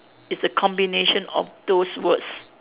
is a combination of those words